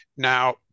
Now